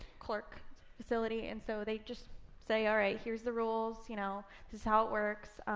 clerk facility. and so they just say, all right, here's the rules. you know this is how it works.